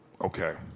Okay